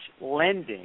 lending